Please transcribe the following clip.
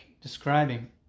describing